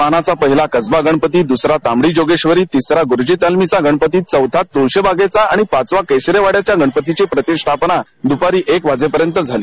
मानाचा पहिल्या कसबा गणपती दुसरा तांबडी जोगेश्वरी तिसरा ग्रुजी तालमीचा गणपती चौथा तुळशीबागेचा आणि पाचवा केशरी वाड्याच्या गणपतीची प्रतिष्ठापना दुपारी एक वाजेपर्यंत झाली